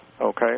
okay